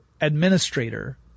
administrator